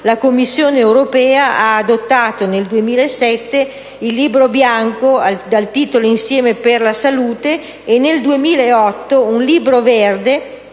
la Commissione europea ha adottato nel 2007 il libro bianco dal titolo «Insieme per la salute» e nel 2008 un libro verde